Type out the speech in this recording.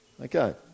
Okay